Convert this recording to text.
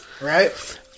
Right